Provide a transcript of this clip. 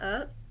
up